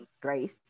grace